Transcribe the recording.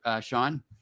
Sean